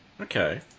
Okay